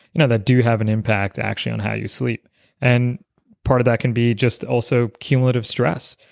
you know that do have an impact actually on how you sleep and part of that can be just also cumulative stress.